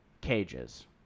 cages